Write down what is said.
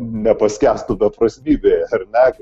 nepaskęstų beprasmybėje ar ne